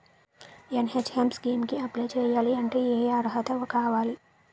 NHM scheme కి apply చేయాలి అంటే ఏ అర్హత కావాలి?